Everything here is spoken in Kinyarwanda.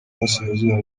burasirazuba